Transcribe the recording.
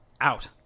out